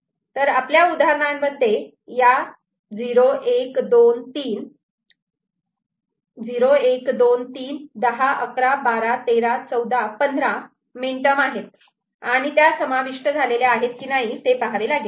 तर आपल्या उदाहरणांमध्ये या 0 1 2 3 0 1 2 3 10 11 12 13 14 15 मीन टर्म आहेत आणि त्या समाविष्ट झालेल्या आहेत की नाही ते पाहावे लागेल